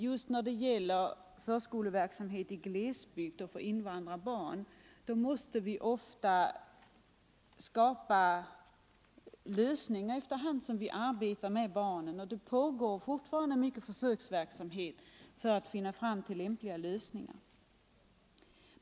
Just i fråga om förskoleverksamhet i glesbygd och för invandrarbarn måste det ofta skapas lösningar efter hand som man arbetar med barnen, och det pågår en hel del försöksverksamhet i syfte att finna lämpliga lösningar.